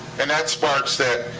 and that sparks that.